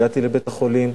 הגעתי לבית-החולים,